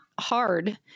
hard